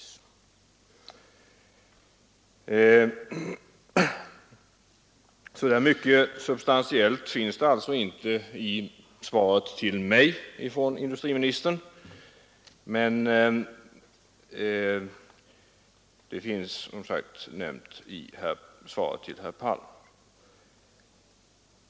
Så mycket substantiellt finns det alltså inte i industriministerns svar till mig, men jag upprepar att en hel del finns i svaret till herr Palm.